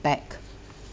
bad